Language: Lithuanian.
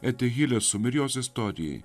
eti hilės sumirios istorijoje